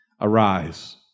Arise